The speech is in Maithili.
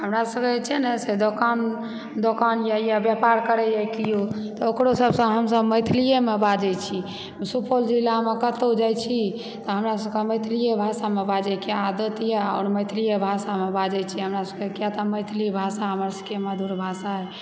हमरा सबके जे छै ने से दोकान दोकान यऽ व्यापार करैया केओ तऽ ओकरो सबसँ हमसब मैथलिएमे बाजै छी सुपौल जिलामे कतहुँ जाइ छी तऽ हमरा सबके मैथलिए भाषामे बाजैके आदत यऽ आओर मैथलिए भाषामे बाजै छी हमरा सबके कियातऽ मैथिली भाषा हमर सबके मधुर भाषा यऽ